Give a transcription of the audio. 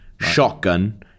shotgun